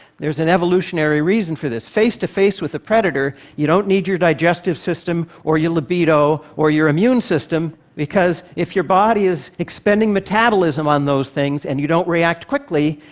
there's an evolutionary reason for this. face-to-face with a predator, you don't need your digestive system, or your libido, or your immune system, because if you're body is expending metabolism on those things and you don't react quickly,